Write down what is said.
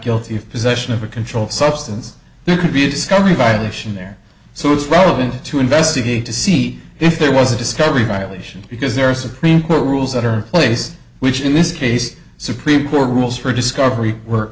accurately of possession of a controlled substance there could be a discovery violation there so it's relevant to investigate to see if there was a discovery violation because there are supreme court rules that are placed which in this case supreme court rules for discovery were